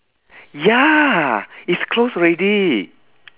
ya it's closed already